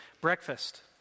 breakfast